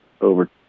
over